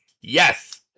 Yes